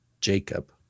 Jacob